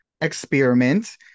experiment